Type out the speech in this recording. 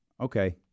okay